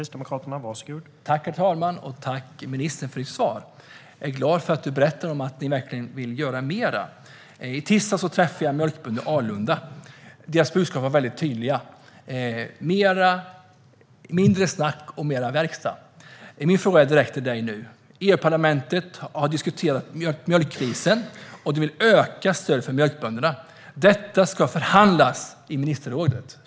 Herr talman! Tack, ministern, för ditt svar! Jag blir glad för att du berättar att ni verkligen vill göra mer. I tisdags träffade jag mjölkbönder i Alunda. Deras budskap var tydligt: mindre snack och mer verkstad! Min fråga går direkt till dig nu. EU-parlamentet har diskuterat mjölkkrisen och vill öka stödet till mjölkbönderna. Detta ska förhandlas i ministerrådet.